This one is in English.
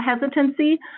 hesitancy